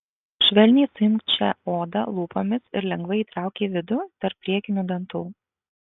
švelniai suimk čia odą lūpomis ir lengvai įtrauk į vidų tarp priekinių dantų